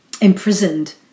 imprisoned